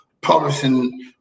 publishing